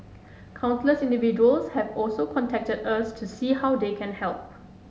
countless individuals have also contacted us to see how they can help